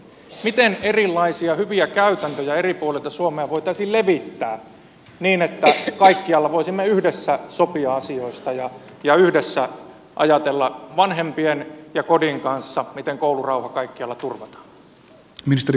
miten erilaisia hyviä käytäntöjä eri puolilta suomea voitaisiin levittää niin että kaikkialla voisimme yhdessä sopia asioista ja yhdessä ajatella vanhempien ja kodin kanssa miten koulurauha kaikkialla turvataan